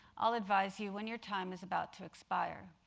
i'll advise you when your time is about to expire.